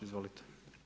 Izvolite.